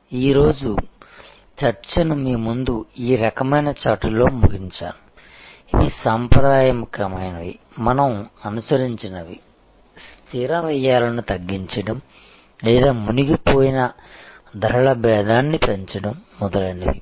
కాబట్టి ఈరోజు చర్చను మీ ముందు ఈ రకమైన చార్ట్తో ముగించాను ఇవి సాంప్రదాయకమైనవి మనం అనుసరించినవి స్థిర వ్యయాలను తగ్గించడం లేదా మునిగిపోయిన ధరల భేదాన్ని పెంచడం మొదలైనవి